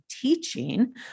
teaching